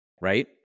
right